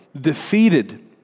defeated